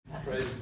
Praise